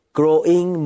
growing